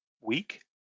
week